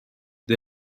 the